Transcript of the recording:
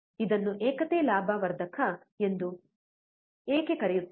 ಇದನ್ನು ಏಕತೆ ಲಾಭ ವರ್ಧಕ ಎಂದೂ ಏಕೆ ಕರೆಯುತ್ತಾರೆ